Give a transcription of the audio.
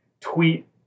tweet